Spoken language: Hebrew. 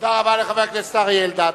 תודה רבה לחבר הכנסת אריה אלדד.